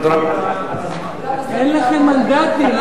אין לכם מנדטים.